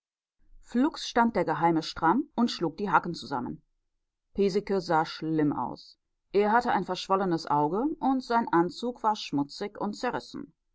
flugs stand der geheime stramm und schlug die hacken zusammen piesecke sah schlimm aus er hatte ein verschwollenes auge und sein anzug war schmutzig und zerrissen